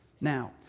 Now